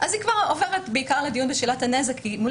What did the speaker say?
היא כבר עוברת בעיקר לדיון בשאלת הנזק כי מול